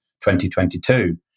2022